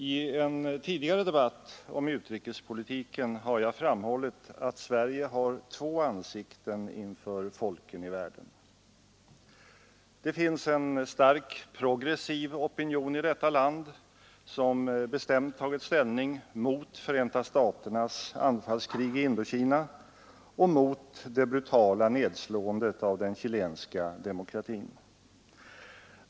I en tidigare debatt om utrikespolitiken har jag framhållit att Sverige har två ansikten inför folken i världen. Det finns en stark progressiv opinion i detta land som bestämt tagit ställning mot Förenta staternas anfallskrig i Indokina och mot det brutala nedslåendet av den chilenska demokratin.